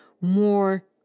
more